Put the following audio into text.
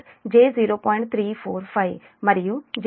345 మరియు j0